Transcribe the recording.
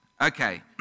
Okay